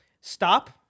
stop